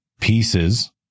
pieces